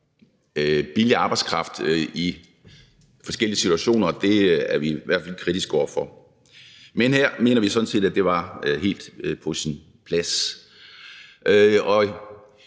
billig arbejdskraft i forskellige situationer er vi i hvert fald kritiske over for. Men her mener vi sådan set, at det var helt på sin plads.